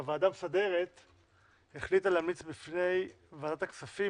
הוועדה המסדרת החליטה להמליץ בפני ועדת הכספים